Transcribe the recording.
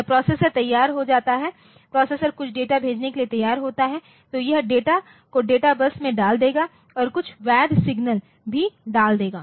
जब प्रोसेसर तैयार हो जाता है प्रोसेसर कुछ डेटा भेजने के लिए तैयार होता है तो यह डेटा को डेटा बस में डाल देगा और कुछ वैध सिग्नल भी डाल देगा